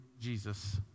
Jesus